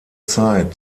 zeit